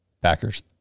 Packers